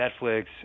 Netflix